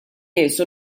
nies